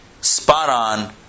spot-on